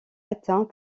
atteint